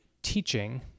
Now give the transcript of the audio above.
Teaching